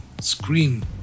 screen